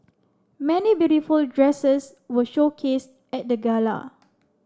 many beautiful dresses were showcased at the gala